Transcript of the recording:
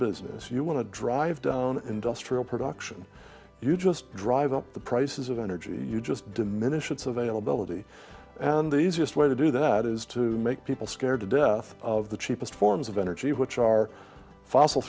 business you want to drive down industrial production you just drive up the prices of energy you just diminish its availability and the easiest way to do that is to make people scared to death of the cheapest forms of energy which are fossil